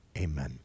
amen